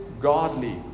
godly